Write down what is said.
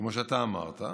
כמו אתה אמרת,